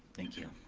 thank you.